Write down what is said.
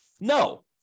No